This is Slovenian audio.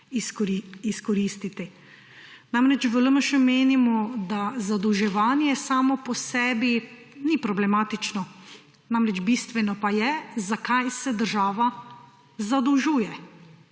izkoristiti. Namreč v LMŠ menimo, da zadolževanje samo po sebi ni problematično, namreč bistveno pa je, za kaj se država zadolžuje.